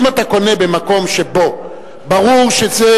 אם אתה קונה במקום שבו ברור שזה,